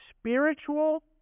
spiritual